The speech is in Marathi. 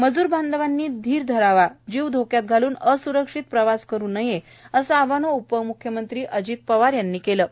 मजूरबांधवांनी धीर धरावा जीव धोक्यात घालून अस्रक्षीत प्रवास करु नये असे आवाहन उपम्ख्यमंत्री अजित पवार यांनी केले आहे